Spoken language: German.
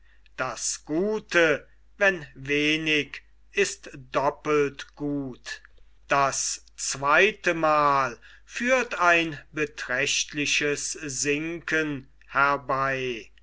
das gute wenn wenig ist doppelt gut das zweite mal führt ein beträchtliches sinken herbei